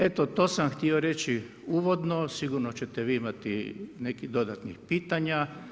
Eto, to sam htio reći uvodno, sigurno ćete vi imati neka dodatna pitanja.